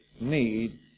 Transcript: need